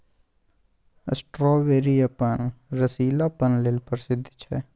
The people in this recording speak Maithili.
स्ट्रॉबेरी अपन रसीलापन लेल प्रसिद्ध छै